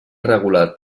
regulat